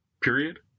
period